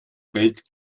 bellt